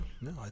no